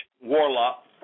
warlock